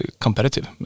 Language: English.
competitive